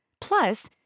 Plus